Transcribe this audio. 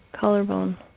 collarbone